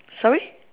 sorry